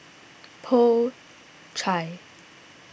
Po Chai